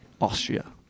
Austria